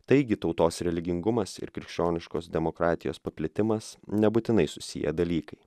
taigi tautos religingumas ir krikščioniškos demokratijos paplitimas nebūtinai susiję dalykai